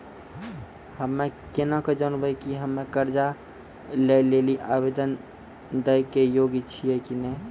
हम्मे केना के जानबै कि हम्मे कर्जा लै लेली आवेदन दै के योग्य छियै कि नै?